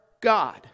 God